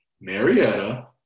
Marietta